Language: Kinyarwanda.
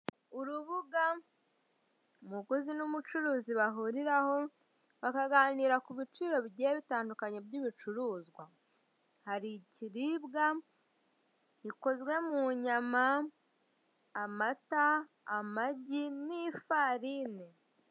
Urubuga umuguzi n'umucuruzi bahuriraho bakaganira ku biciro bigiye bitandukanye by'ibicuruzwa, hari ikiribwa gikozwe mu nyama, amata, amagi n'ifarini.